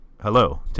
hello